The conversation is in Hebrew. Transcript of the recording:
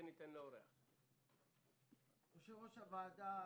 יושב-ראש הוועדה,